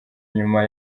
nyuma